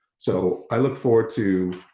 so i look forward to